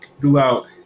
throughout